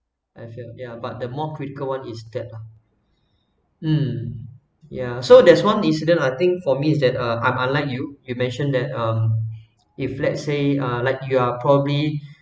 I felt ya but the more critical one is that lah um ya so there's one incident I think for me is that ah unlike you you mentioned that um if let's say uh like you are probably